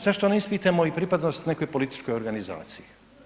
Onda, zašto ne ispitamo i pripadnost nekoj političkoj organizaciji?